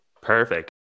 Perfect